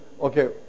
Okay